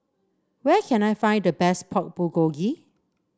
where can I find the best Pork Bulgogi